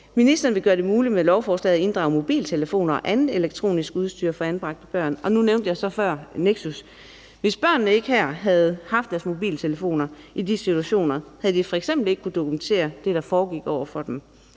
Ministeren vil med lovforslaget gøre det muligt at inddrage mobiltelefoner og andet elektronisk udstyr fra anbragte børn. Nu nævnte jeg før Nexus. Hvis børnene her ikke havde haft deres mobiltelefoner i de situationer, havde de f.eks. ikke kunnet dokumentere det, der foregik med dem.